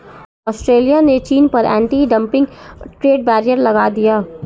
Australia ने चीन पर एंटी डंपिंग ट्रेड बैरियर लगा दिया